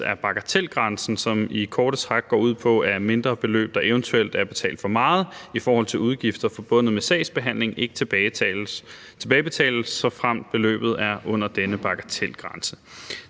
er bagatelgrænsen, som i korte træk går ud på, at mindre beløb, der eventuelt er betalt for meget i forhold til udgifter forbundet med sagsbehandling, ikke tilbagebetales, såfremt beløbet er under denne bagatelgrænse.